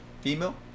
Female